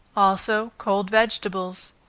also cold vegetables.